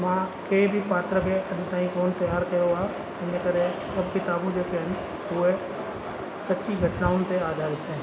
मां कंहिं बि पात्र खे अॼ ताईं कोन त्यारु कयो आहे हिन करे सभु किताबूं जेके आहिनि उहे सची घटनाउनि ते आधारित आहिनि